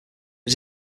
was